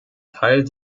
teil